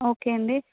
okay అండి